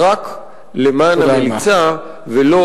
היא משתמשת בהם רק למען המליצה ולא